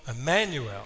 Emmanuel